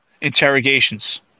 interrogations